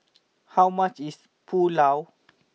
how much is Pulao